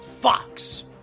Fox